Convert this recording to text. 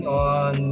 on